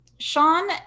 sean